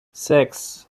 sechs